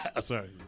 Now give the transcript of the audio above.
Sorry